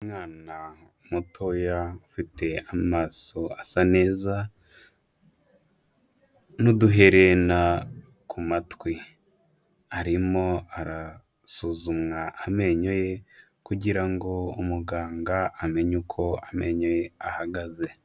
Umwana mutoya ufite amaso asa neza n'uduherena ku matwi, arimo arasuzumwa amenyo ye kugira ngo umuganga amenye uko amenyo ye ahagaze.